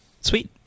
Sweet